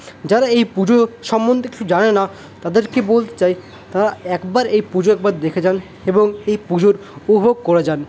যারা এই পুজো সম্বন্ধে কিছু জানে না তাদেরকে বলতে চাই তারা একবার এই পুজো একবার দেখে যান এবং এই পুজোর উপভোগ করে যান